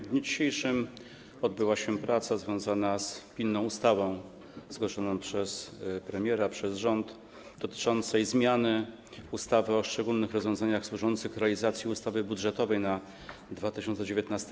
W dniu dzisiejszym odbyła się praca związana z pilną ustawą zgłoszoną przez premiera, przez rząd, dotyczącą zmiany ustawy o szczególnych rozwiązaniach służących realizacji ustawy budżetowej na rok 2019.